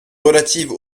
relative